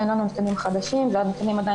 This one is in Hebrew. אין לנו נתונים חדשים והנתונים עדיין